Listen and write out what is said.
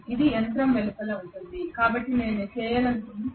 ఇది యంత్రం వెలుపల ఉంటుంది కాబట్టి నేను చేయాలనుకున్నది నేను చేయగలను